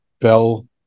Bell